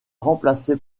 remplacé